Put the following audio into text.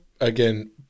again